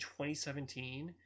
2017